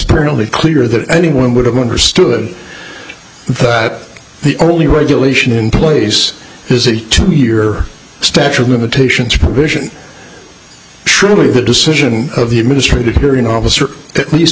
transparently clear that anyone would have understood that the only regulation in place is a two year statute of limitations provision surely the decision of the administrative hearing officer at least